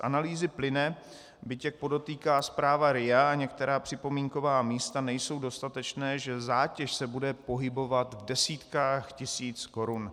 Z analýzy plyne, byť jak podotýká zpráva RIA a některá připomínková místa, nejsou dostatečné, že zátěž se bude pohybovat v desítkách tisíc korun.